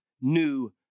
new